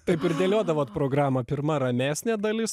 taip ir dėliodavot programą pirma ramesnė dalis